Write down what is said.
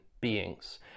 beings